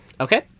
Okay